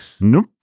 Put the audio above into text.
Nope